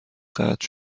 قطع